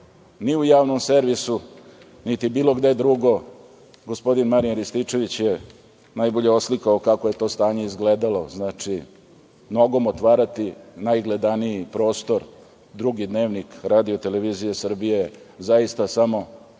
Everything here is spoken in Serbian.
ni u javnom servisu, niti bilo gde drugde. Gospodin Marijan Rističević je najbolje oslikao kako je to stanje izgledalo. Znači, nogom otvarati najgledaniji prostor, „Drugi dnevnik“ RTS, zaista samo